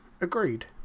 Agreed